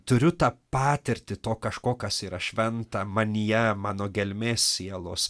turiu tą patirtį to kažko kas yra šventa manyje mano gelmės sielos